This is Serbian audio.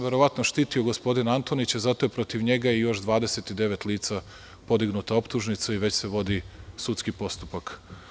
Verovatno sam štitio gospodina Antonića i zato je protiv njega i još 29 lica podignuta optužnica i već se vodi sudski postupak.